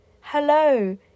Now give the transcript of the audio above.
Hello